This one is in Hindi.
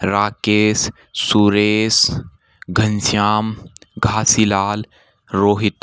राकेश सुरेश घनश्याम घासीलाल रोहित